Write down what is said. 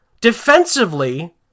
defensively